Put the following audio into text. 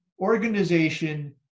organization